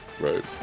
right